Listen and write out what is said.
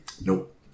Nope